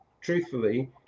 truthfully